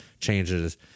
changes